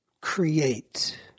create